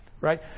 right